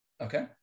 okay